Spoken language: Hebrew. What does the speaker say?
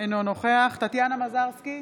אינו נוכח טטיאנה מזרסקי,